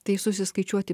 tai susiskaičiuoti